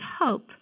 hope